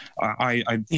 I-